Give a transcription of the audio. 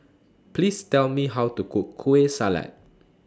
Please Tell Me How to Cook Kueh Salat